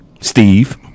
Steve